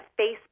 Facebook